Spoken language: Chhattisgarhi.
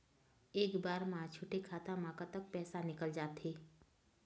एक बार म छोटे खाता म कतक पैसा निकल जाथे?